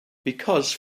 because